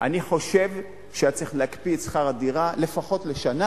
אני חושב שהיה צריך להקפיא את שכר הדירה לפחות לשנה.